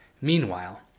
Meanwhile